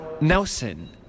Nelson